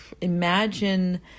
imagine